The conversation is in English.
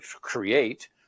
create